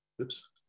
Oops